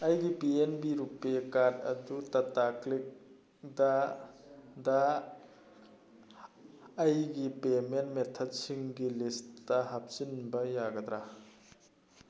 ꯑꯩꯒꯤ P N B RuPay card ꯑꯗꯨ ꯇꯇꯥꯀ꯭ꯂꯤꯛꯇ ꯗ ꯑꯩꯒꯤ ꯄꯦꯃꯦꯟ ꯃꯦꯊꯠꯁꯤꯡꯒꯤ ꯂꯤꯁꯇ ꯍꯥꯞꯆꯤꯟꯕ ꯌꯥꯒꯗ꯭ꯔꯥ